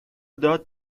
داد